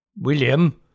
William